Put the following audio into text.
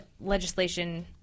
legislation